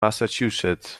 massachusetts